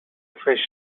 fish